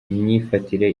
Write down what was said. myifatire